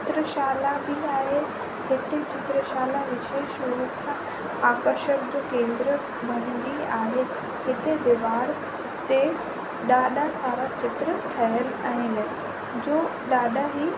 चित्रशाला बि आहे हुते चित्रशाला विशेष रूप सां आकर्षण जो केंद्र बणिजी आयो हुते दीवार ते ॾाढा सारा चित्र ठहियलु आहिनि जो ॾाढा ई